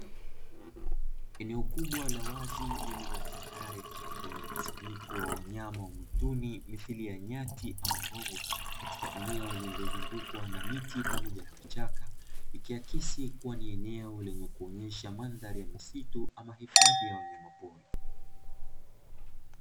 Eneo kubwa la wazi lililo tambarare lenye mkusanyiko wa wanyama wa mwituni mithili ya nyati ama mbogo, katika eneo lililozungukwa na miti pamoja na vichaka ikiakisi kuwa, ni eneo lenye kuonyesha mandhari ya misitu ama hifadhi ya wanyamapori.